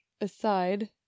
aside